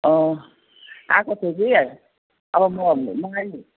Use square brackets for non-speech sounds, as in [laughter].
आएको छु कि अब म [unintelligible]